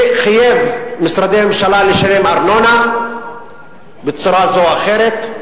ואשר חייב משרדי ממשלה לשלם ארנונה בצורה זו או אחרת,